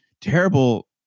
terrible